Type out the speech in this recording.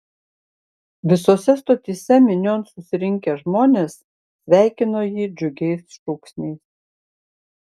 visose stotyse minion susirinkę žmonės sveikino jį džiugiais šūksniais